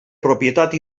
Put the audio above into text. propietat